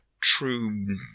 true